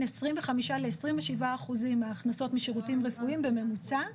25% ל-27% מההכנסות משירותים רפואיים בממוצע.